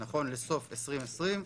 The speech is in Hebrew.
נכון לסוף 2020,